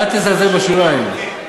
אל תזלזל בשוליים.